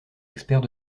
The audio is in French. experts